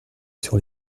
sur